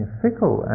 fickle